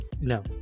no